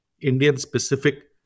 Indian-specific